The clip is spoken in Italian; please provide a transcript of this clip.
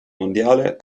mondiale